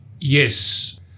Yes